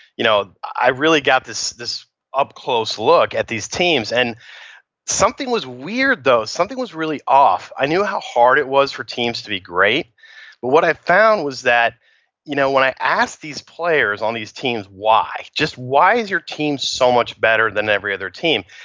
you know i really got this this up close look at these teams and something was weird though. something was really off. i knew how hard it was for teams to be great but what i found was that you know when i asked these players on these teams why, just why is your team so much better than every other team?